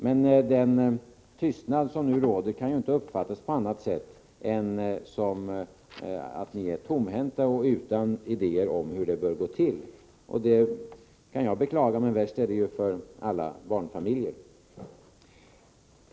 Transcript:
Men den tystnad som nu råder kan inte uppfattas på något annat sätt än att ni är tomhänta och utan idéer om hur det bör gå till. Det kan jag beklaga, men värst är det för alla barnfamiljer.